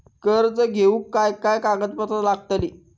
कर्ज घेऊक काय काय कागदपत्र लागतली?